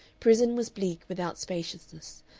prison was bleak without spaciousness,